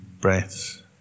breaths